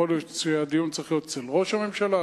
יכול להיות שהדיון צריך להיות אצל ראש הממשלה,